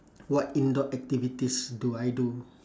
what indoor activities do I do